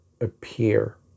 appear